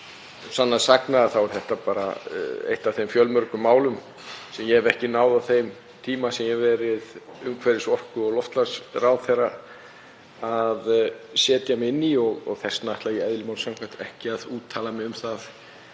Sannast sagna er þetta bara eitt af þeim fjölmörgu málum sem ég hef ekki náð, á þeim tíma sem ég hef verið umhverfis-, orku- og loftslagsráðherra, að setja mig inn í. Þess vegna ætla ég, eðli máls samkvæmt, ekki að úttala mig um það